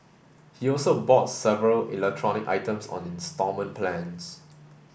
he also bought several electronic items on instalment plans